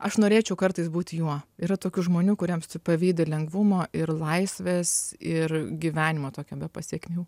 aš norėčiau kartais būti juo yra tokių žmonių kuriems tu pavydi lengvumo ir laisvės ir gyvenimo tokio be pasekmių